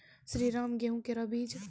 श्रीराम गेहूँ केरो बीज?